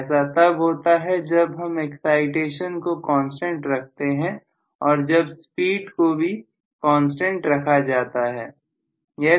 ऐसा तब होता है जब हम एक्साइटेशन को कांस्टेंट रखते हैं और जब स्पीड को भी कांस्टेंट रखा जाता है